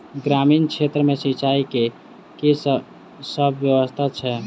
ग्रामीण क्षेत्र मे सिंचाई केँ की सब व्यवस्था छै?